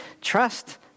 Trust